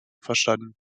verstanden